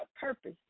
purpose